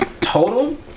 Total